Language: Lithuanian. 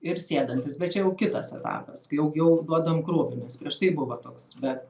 ir sėdantis bet čia jau kitas etapas kai jau jau duodam krūvį nes prieš tai buvo toks bet